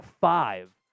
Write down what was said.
five